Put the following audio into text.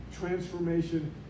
transformation